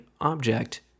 object